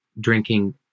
drinking